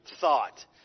thought